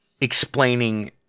explaining